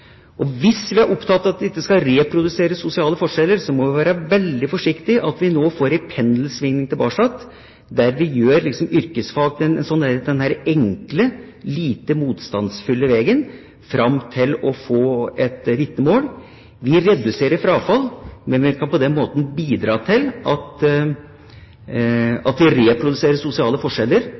Hvis vi er opptatt av at vi ikke skal reprodusere sosiale forskjeller, må vi være veldig forsiktige slik at vi nå ikke får en pendelsvingning tilbake, der vi gjør yrkesfag til den enkle, lite motstandsfylte veien fram mot et vitnemål. Vi reduserer frafall, men vi kan på den måten også bidra til at vi reproduserer sosiale forskjeller